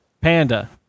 Panda